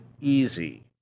easy